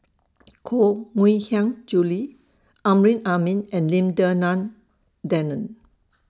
Koh Mui Hiang Julie Amrin Amin and Lim Denan Denon